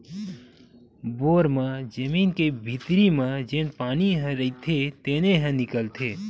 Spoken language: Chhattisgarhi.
बोर म जमीन के भीतरी म जेन पानी ह रईथे तेने ह निकलथे